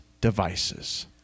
devices